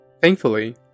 Thankfully